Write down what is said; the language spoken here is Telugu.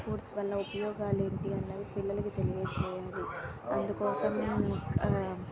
స్పోర్ట్స్ వల్ల ఉపయోగాలు ఏంటి అన్నవి పిల్లలకు తెలియజేయాలి అందుకోసం మేము